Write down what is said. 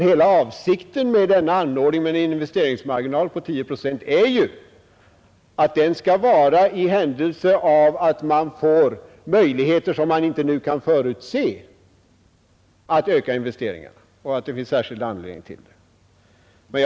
Hela avsikten med investeringsmarginalen på 10 procent är att den skall finnas för den händelse man får någon möjlighet som man inte nu kan förutse att öka investeringarna och att det finns anledning att göra det.